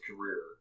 career